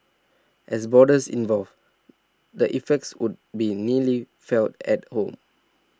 as borders evolve the effects would be keenly felt at home